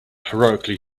heroically